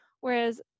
Whereas